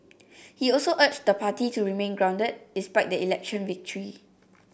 he also urged the party to remain grounded despite the election victory